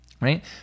Right